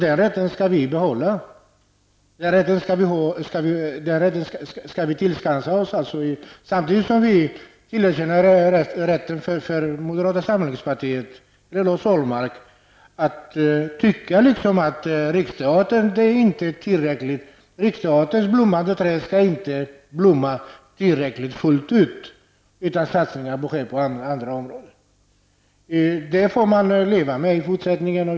Den rätten skall vi tillskansa oss. Samtidigt skall vi tillerkänna Lars Ahlmark och moderata samlingspartiet rätten att tycka att Riksteaterns blommmande träd inte skall blomma fullt ut, utan att satsningar bör göras på andra områden. Det får man leva med i fortsättningen.